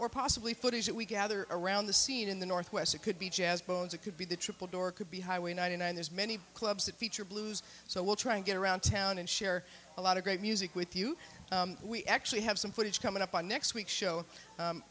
or possibly footage that we gather around the scene in the northwest it could be jazz bones it could be the triple door could be highway ninety nine there's many clubs that feature blues so we'll try to get around town and share a lot of great music with you we actually have some footage coming up on next week's show